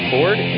Ford